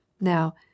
now